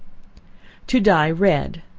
to dye red.